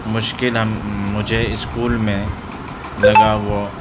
مشکل مجھے اسکول میں لگا وہ